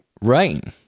Right